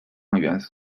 元素